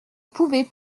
pouvait